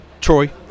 Troy